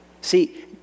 See